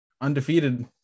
undefeated